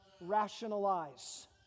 rationalize